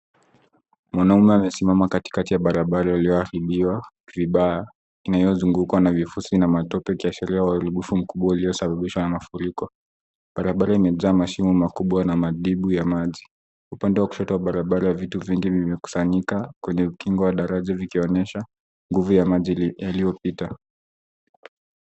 Mwanaume amesimama katikati ya barabara iliyoharibiwa vibaya, inayozungukwa na vifusi na matope ikiashiria uharibifu mkubwa ulio sababishwa na mafuriko. Barabara imejaa mashimo makubwa na madimbwi ya maji. Upande wa kushoto wa barabara, vitu vingi vimekusanyika kwenye ukingo wa daraja vikionyesha nguvu ya maji yaliyopita.